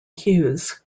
hughes